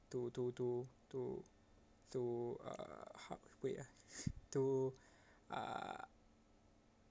to to to to to uh how wait ah to uh